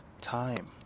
time